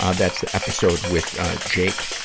ah that's the episode with, ah, jake,